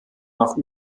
nach